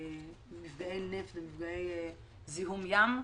במפגעי נפט ומפגעי זיהום ים,